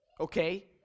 okay